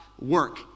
work